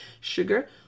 sugar